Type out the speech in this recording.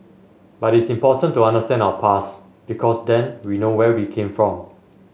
but it's important to understand our past because then we know where we came from